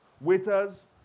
Waiters